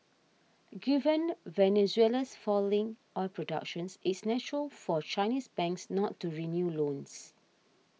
given Venezuela's falling oil production it's natural for Chinese banks not to renew loans